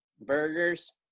burgers